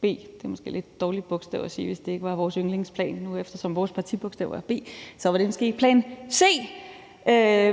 B – det er måske et lidt dårligt bogstav bruge, hvis det ikke var vores yndlingsplan, eftersom vores partibogstav er B. Det er måske en plan C,